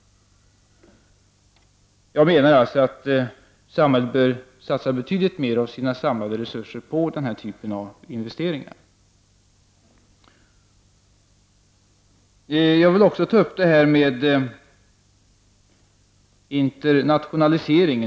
Jag menar alltså att samhället bör satsa betydligt mer av sina samlade resurser på den här typen av investeringar. Jag vill även ta upp frågan om internationalisering.